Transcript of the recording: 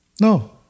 No